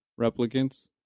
replicants